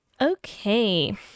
okay